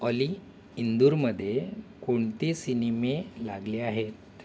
ऑली इंदूरमध्ये कोणते सिनेमे लागले आहेत